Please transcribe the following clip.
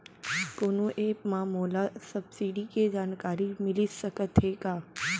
कोनो एप मा मोला सब्सिडी के जानकारी मिलिस सकत हे का?